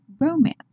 romance